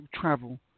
travel